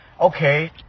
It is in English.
Okay